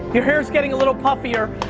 you're hair's getting a little puffier,